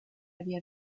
había